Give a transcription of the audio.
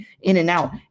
in-and-out